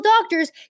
doctors